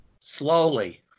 slowly